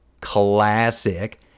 classic